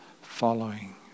following